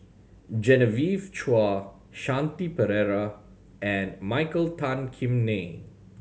Genevieve Chua Shanti Pereira and Michael Tan Kim Nei